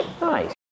Nice